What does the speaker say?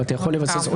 אם אתה יכול לבסס,